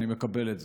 אני מקבל את זה.